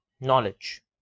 knowledge